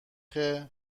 خیلی